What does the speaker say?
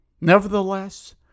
Nevertheless